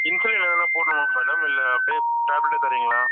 insulin எதனால் போடணுமா madam இல்லை அப்படே டேப்லெட்டே தரீங்களா